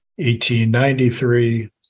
1893